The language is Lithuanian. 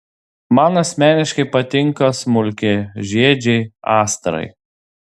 man asmeniškai patinka smulkiažiedžiai astrai